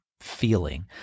feeling